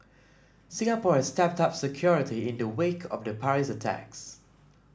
Singapore has stepped up security in the wake of the Paris attacks